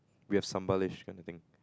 we have Sambal ~ish kind of thing